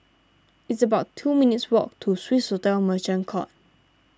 it's about two minutes' walk to Swissotel Merchant Court